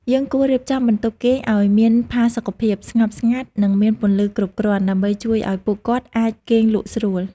យើងគួររៀបចំបន្ទប់គេងឱ្យមានផាសុកភាព ស្ងប់ស្ងាត់ និងមានពន្លឺគ្រប់គ្រាន់ ដើម្បីជួយឲ្យពួកគាត់អាចគេងលក់ស្រួល។